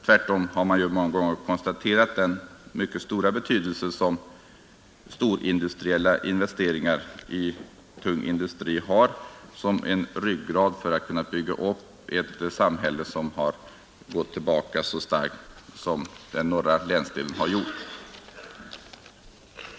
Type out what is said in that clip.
Tvärtom har man ju många gånger konstaterat den mycket stora betydelse som storindustriella investeringar i tung industri har som ryggrad för att kunna bygga upp ett samhälle som har gått tillbaka så starkt som den norra länsdelen här har gjort.